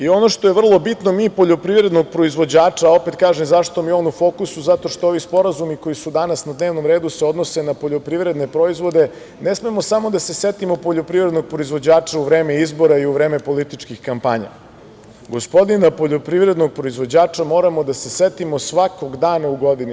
Ono što je vrlo bitno, mi poljoprivrednog proizvođača, opet kažem, zašto mi je on u fokusu, zato što ovi sporazumi koji su danas na dnevnom redu se odnose na poljoprivredne proizvode, ne smemo samo da se setimo poljoprivrednog proizvođača u vreme izbora i u vreme političkih kampanja, gospodina poljoprivrednog porizvođača moramo da se setimo svakog dana u godini.